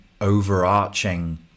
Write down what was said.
overarching